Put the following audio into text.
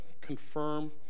confirm